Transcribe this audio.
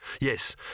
Yes